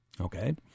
Okay